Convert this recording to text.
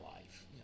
life